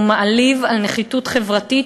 ומעליב על נחיתות חברתית,